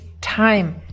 time